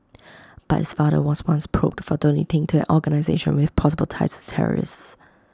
but his father was once probed for donating to an organisation with possible ties to terrorists